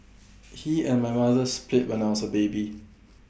he and my mother split when I was A baby